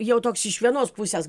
jau toks iš vienos pusės